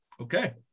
Okay